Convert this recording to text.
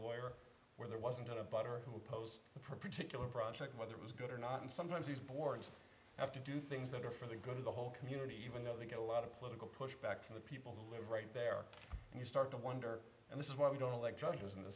lawyer where there wasn't a better who opposed the particular project whether it was good or not and sometimes these boards have to do things that are for the good of the whole community even though they get a lot of political pushback from the people who live right there and you start to wonder and this is why we don't elect judges in the